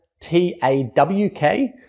t-a-w-k